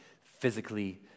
physically